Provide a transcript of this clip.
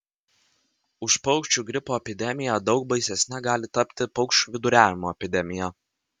už paukščių gripo epidemiją daug baisesne gali tapti paukščių viduriavimo epidemija